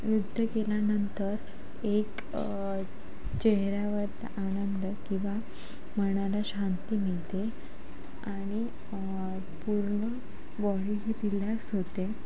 नृत्य केल्यानंतर एक चेहऱ्यावरचा आनंद किंवा मनाला शांती मिळते आणि पूर्ण बॉडी रिलॅक्स होते